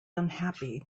unhappy